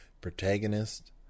protagonist